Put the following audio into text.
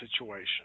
situation